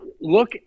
look